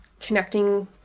connecting